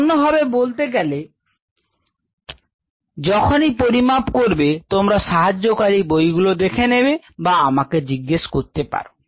অন্যভাবে বলতে গেলে যখনই পরিমাপ করবে তোমরা সাহায্যকারী বই গুলো দেখে নেবে বা আমাকে জিজ্ঞেস করতে পারো